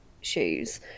shoes